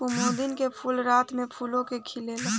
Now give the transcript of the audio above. कुमुदिनी के फूल रात में फूला के खिलेला